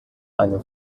einem